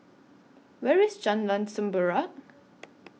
Where IS Jalan Semerbak